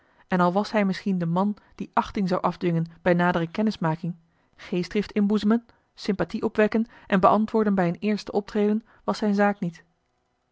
en al was hij misschien de man die achting zou afdwingen bij nadere kennismaking geestdrift inboezemen sympathie opwekken en beantwoorden bij een eerste optreden was zijne zaak niet